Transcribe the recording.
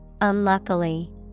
unluckily